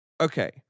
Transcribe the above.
okay